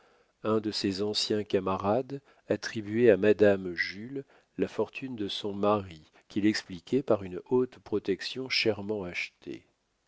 un de ses anciens camarades attribuait à madame jules la fortune de son mari qu'il expliquait par une haute protection chèrement achetée